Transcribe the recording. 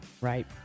Right